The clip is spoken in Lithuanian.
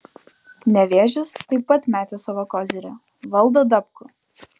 nevėžis taip pat metė savo kozirį valdą dabkų